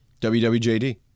WWJD